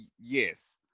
yes